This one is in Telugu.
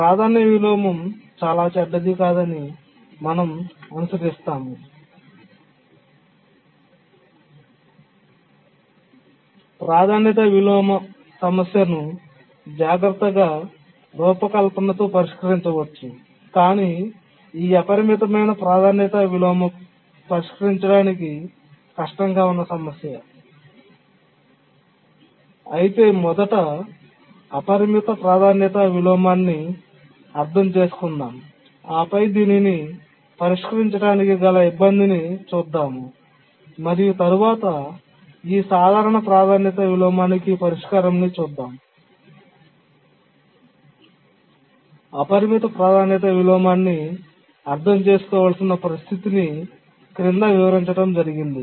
ప్రాధాన్యత విలోమం చాలా చెడ్డది కాదని మనం అనుసరిస్తాము ప్రాధాన్యత విలోమ సమస్యను జాగ్రత్తగా రూపకల్పనతో పరిష్కరించవచ్చు కాని ఈ అపరిమితమైన ప్రాధాన్యత విలోమం పరిష్కరించడానికి కష్టంగా ఉన్న సమస్య అయితే మొదట అపరిమిత ప్రాధాన్యత విలోమాన్ని అర్థం చేసుకుందాం ఆపై దీనిని పరిష్కరించడానికి గల ఇబ్బందిని చూద్దాము మరియు తరువాత ఈ సాధారణ ప్రాధాన్యత విలోమానికి పరిష్కారం ని చూద్దాం అపరిమిత ప్రాధాన్యత విలోమాన్ని అర్థం చేసుకోవలసిన పరిస్థితి ని క్రింద వివరించడం జరిగింది